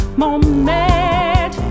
moment